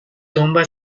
tumba